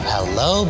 Hello